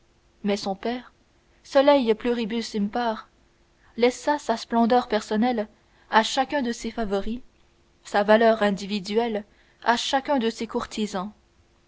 mais son père soleil pluribus impar laissa sa splendeur personnelle à chacun de ses favoris sa valeur individuelle à chacun de ses courtisans